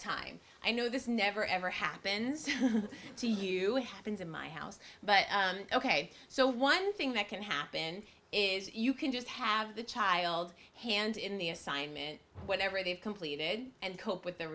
time i know this never ever happens to you happens in my house but ok so one thing that can happen is you can just have the child hand in the assignment whatever they've completed and cope with their